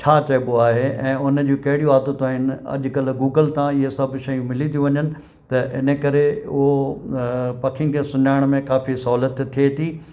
छा चइबो आहे ऐं उन जूं कहिड़ियूं आदतूं आहिनि अॼु कल गूगल तां ईए सभु शयूं मिली थियूं वञनि त इन करे उओ पखियुनि खे सुञाणण में काफ़ी सहूलियत थिए थी